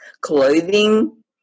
clothing